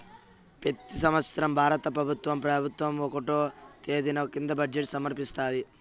పెతి సంవత్సరం భారత పెబుత్వం ఫిబ్రవరి ఒకటో తేదీన కేంద్ర బడ్జెట్ సమర్పిస్తాది